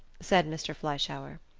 said mr. fleischhauer.